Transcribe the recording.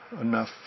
enough